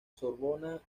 sorbona